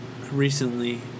Recently